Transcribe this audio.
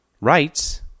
rights